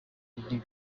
none